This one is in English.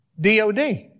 DOD